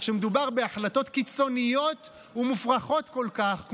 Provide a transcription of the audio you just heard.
כשמדובר בהחלטות קיצוניות ומופרכות כל כך",